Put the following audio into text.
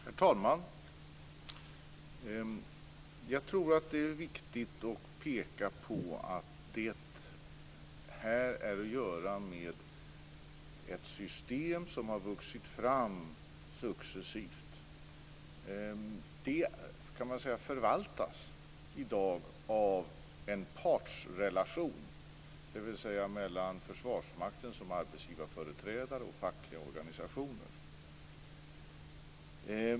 Herr talman! Jag tror att det är viktigt att peka på att det här är ett system som har vuxit fram successivt. Man kan säga att det i dag förvaltas av en partsrelation, dvs. mellan Försvarsmakten, som arbetsgivareföreträdare, och fackliga organisationer.